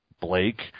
Blake